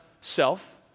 self